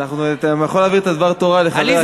אתה יכול להעביר את הדבר תורה לחבר הכנסת שאחריך.